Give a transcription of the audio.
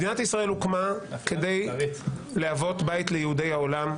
מדינת ישראל הוקמה כדי להוות בית ליהודי העולם,